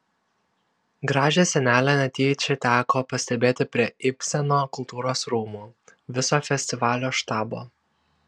gražią scenelę netyčia teko pastebėti prie ibseno kultūros rūmų viso festivalio štabo